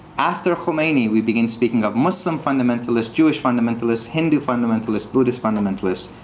after khomeini, we begin speaking up muslim fundamentalists, jewish fundamentalists, hindu fundamentalists, buddhist fundamentalists,